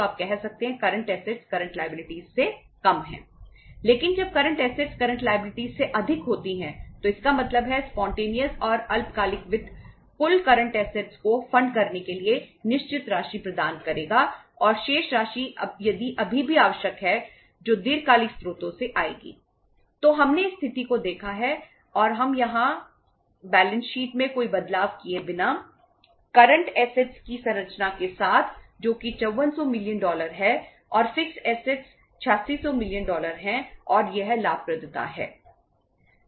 लेकिन जब current assets हैं और यह लाभप्रदता है